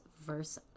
verse